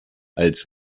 als